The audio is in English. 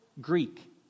Greek